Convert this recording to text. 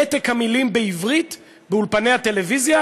מתק המילים בעברית באולפני הטלוויזיה,